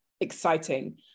exciting